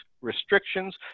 restrictions